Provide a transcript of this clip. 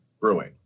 brewing